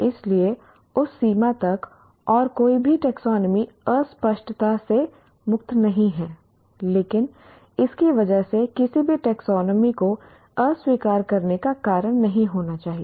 इसलिए उस सीमा तक और कोई भी टैक्सोनॉमी अस्पष्टता से मुक्त नहीं है लेकिन इसकी वजह से किसी भी टैक्सोनॉमी को अस्वीकार करने का कारण नहीं होना चाहिए